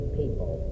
people